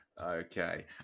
Okay